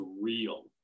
real